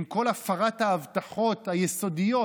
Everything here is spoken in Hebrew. עם כל הפרת ההבטחות היסודיות,